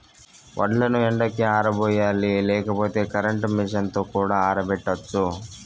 వడ్లను ఎండకి ఆరబోయాలి లేకపోతే కరెంట్ మెషీన్ తో కూడా ఆరబెట్టచ్చు